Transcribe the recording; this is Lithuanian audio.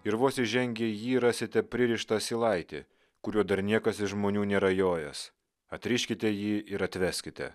ir vos įžengę į jį rasite pririštą asilaitį kuriuo dar niekas iš žmonių nėra jojęs atriškite jį ir atveskite